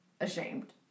ashamed